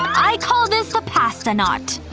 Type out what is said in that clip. i call this the pasta knot!